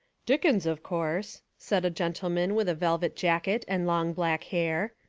dickens, of course, said a gentleman with a velvet jacket and long black hair,